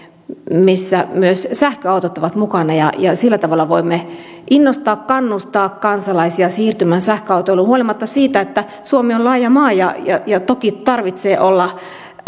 missä myös sähköautot ovat mukana ja ja sillä tavalla voimme innostaa kannustaa kansalaisia siirtymään sähköautoiluun huolimatta siitä että suomi on laaja maa ja ja toki täytyy olla